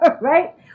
right